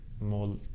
more